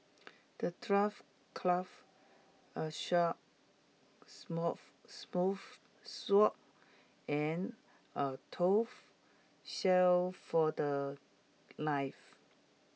the dwarf crafted A sharp sword and A tough shield for The Life